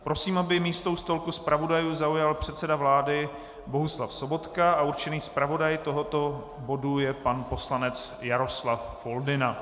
Prosím, aby místo u stolku zpravodajů zaujal předseda vlády Bohuslav Sobotka, a určený zpravodaj tohoto bodu je pan poslanec Jaroslav Foldyna.